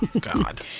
God